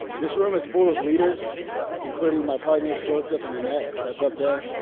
this room is full of leaders including my partners joseph and annette that's up there.